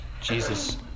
Jesus